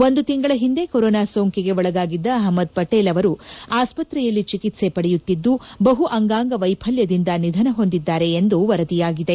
ಒಂದು ತಿಂಗಳ ಹಿಂದೆ ಕೊರೋನಾ ಸೋಂಕಿಗೆ ಒಳಗಾಗಿದ್ದ ಅಪ್ಪದ್ ಪಟೇಲ್ ಅವರು ಆಸ್ಪತ್ರೆಯಲ್ಲಿ ಚಿಕಿತ್ಸೆ ಪಡೆಯುತ್ತಿದ್ದು ಬಹುಅಂಗಾಂಗ ವೈಫಲ್ಲದಿಂದ ನಿಧನ ಹೊಂದಿದ್ದಾರೆ ಎಂದು ವರದಿಯಾಗಿದೆ